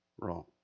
Wrong